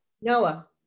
Noah